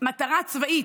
מטרה צבאית,